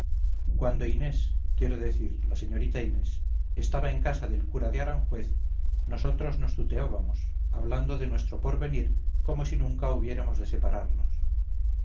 cuando inés quiero decir la señorita inés estaba en casa del cura de aranjuez nosotros nos tuteábamos hablando de nuestro porvenir como si nunca hubiéramos de separarnos